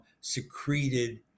secreted